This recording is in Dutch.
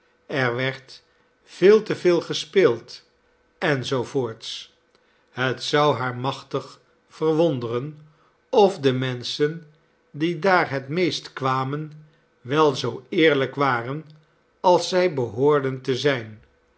er werd veel te veel gespeeld en zoo voorts het zou haar machtig verwonderen of de menschen die daar het meest kwamen wel zoo eerlijk waren als zij behoorden te zijn